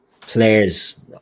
players